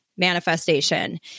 manifestation